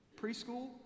preschool